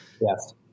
Yes